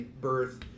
birth